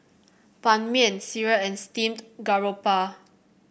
Ban Mian sireh and Steamed Garoupa